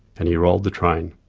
and he rolled the train.